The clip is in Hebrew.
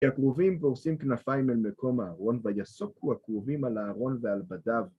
כי הכרובים פורשים כנפיים אל מקום הארון, ויסוכו הכרובים על הארון ועל בדיו.